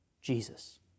Jesus